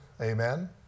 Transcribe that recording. Amen